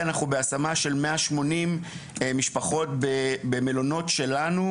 אנחנו בהשמה של 180 משפחות במלונות שלנו,